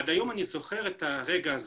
עד היום אני זוכר את הרגע הזה.